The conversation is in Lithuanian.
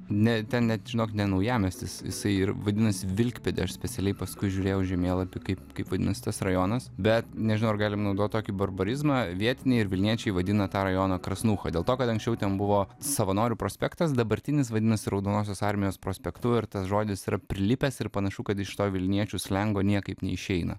ne ten net žinok ne naujamiestis jisai ir vadinasi vilkpėdė aš specialiai paskui žiūrėjau žemėlapy kaip kaip vadinasi tas rajonas bet nežinau ar galim naudot tokį barbarizmą vietiniai ir vilniečiai vadina tą rajoną krasnūcha dėl to kad anksčiau ten buvo savanorių prospektas dabartinis vadinosi raudonosios armijos prospektu ir tas žodis yra prilipęs ir panašu kad iš to vilniečių slengo niekaip neišeina